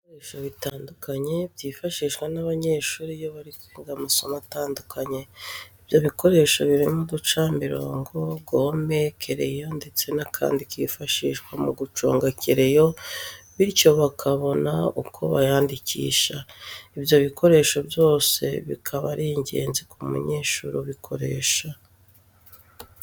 Ni ibikoresho bitandukanye byifashishwa n'abanyeshuri iyo bari kwiga amasomo atandukanye. Ibyo bikoresho birimo uducamirongo, gome, kereyo ndetse n'akandi kifashishwa mu guconga kereyo bityo bakabona uko bayandikisha. Ibyo bikoresho byose bikaba ari ingenzi ku munyeshuri ubikoresha.